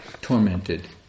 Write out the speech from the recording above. tormented